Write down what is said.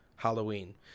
Halloween